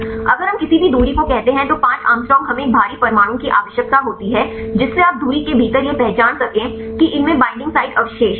अगर हम किसी भी दूरी को कहते हैं तो 5 एंग्स्ट्रॉम हमें एक भारी परमाणु की आवश्यकता होती है जिससे आप दूरी के भीतर यह पहचान सकें कि इनमें बईंडिंग साइट अवशेष सही हैं